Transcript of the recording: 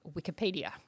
Wikipedia